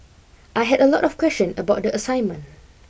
I had a lot of question about the assignment